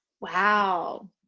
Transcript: Wow